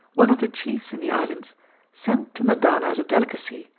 one of the chiefs in the island sent to mendana as a delicacy,